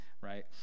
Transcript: right